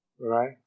Right